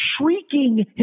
shrieking